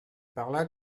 parla